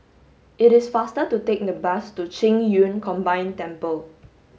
it is faster to take the bus to Qing Yun Combined Temple